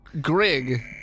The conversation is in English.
Grig